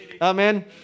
Amen